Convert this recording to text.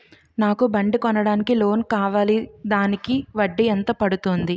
నాకు బండి కొనడానికి లోన్ కావాలిదానికి వడ్డీ ఎంత పడుతుంది?